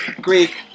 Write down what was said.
Greek